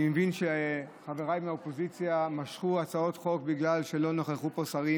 אני מבין שחבריי מהאופוזיציה משכו הצעות חוק בגלל שלא נכחו פה שרים,